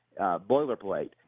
boilerplate